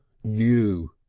you!